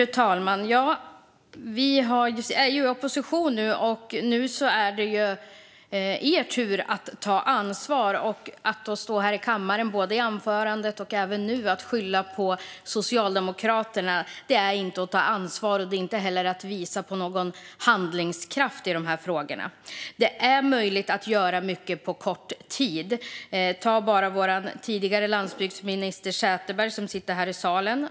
Fru talman! Vi är nu i opposition, och nu är det er tur att ta ansvar. Att stå här i kammaren och både i anförandet och nu skylla på Socialdemokraterna är inte att ta ansvar. Det är inte heller att visa handlingskraft i frågorna. Det är möjligt att göra mycket på kort tid. Ta bara vad vår tidigare landsbygdsminister Sätherberg gjorde - hon sitter här i salen.